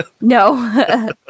No